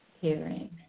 Hearing